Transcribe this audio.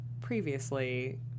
previously